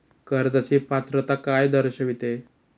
कर्जाची पात्रता काय दर्शविते?